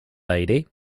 lady